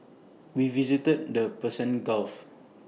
we visited the Persian gulf